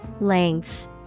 Length